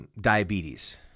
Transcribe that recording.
diabetes